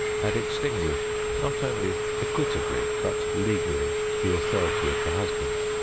had extinguished, not only equitably, but legally, the authority of the husband.